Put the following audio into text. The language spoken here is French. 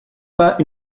pas